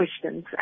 questions